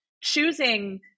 choosing